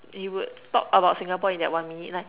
he would talk about Singapore in that one minute lah